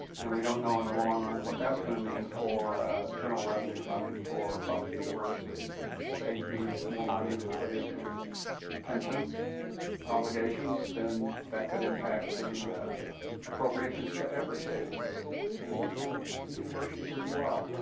and we don't know in the long run what that's going to mean for general revenue funding for public universities. if the state needs more money to put into pension obligations then that could impact the appropriations to every state agency, and and the universities as well.